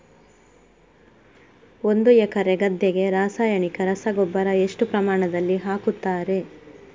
ಒಂದು ಎಕರೆ ಗದ್ದೆಗೆ ರಾಸಾಯನಿಕ ರಸಗೊಬ್ಬರ ಎಷ್ಟು ಪ್ರಮಾಣದಲ್ಲಿ ಹಾಕುತ್ತಾರೆ?